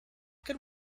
good